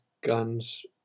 guns